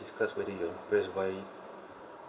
discuss whether your best buy